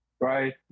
right